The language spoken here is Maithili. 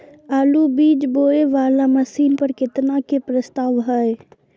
आलु बीज बोये वाला मशीन पर केतना के प्रस्ताव हय?